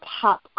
pop